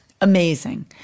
Amazing